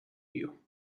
you